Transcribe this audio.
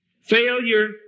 Failure